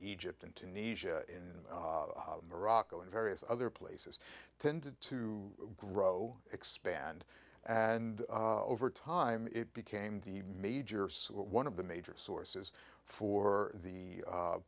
egypt and tunisia and morocco and various other places tended to grow expand and over time it became the major so one of the major sources for the u